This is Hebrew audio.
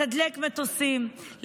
מתדלק מטוסים,